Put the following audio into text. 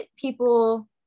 people